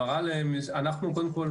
קודם כל,